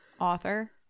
author